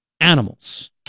animals